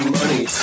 money